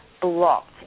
blocked